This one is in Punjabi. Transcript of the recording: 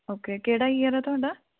ਓਕੇ ਕਿਹੜਾ ਯੀਅਰ ਹੈ ਤੁਹਾਡਾ